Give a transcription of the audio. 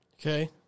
Okay